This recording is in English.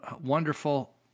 wonderful